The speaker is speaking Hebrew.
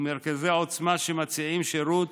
ומרכזי עוצמה מציעים שירות